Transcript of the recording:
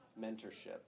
mentorship